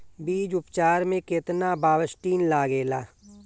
बीज उपचार में केतना बावस्टीन लागेला?